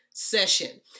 session